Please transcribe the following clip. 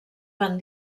van